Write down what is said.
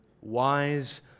Wise